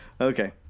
Okay